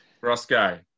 Roscoe